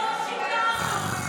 לא שיקרנו, אתם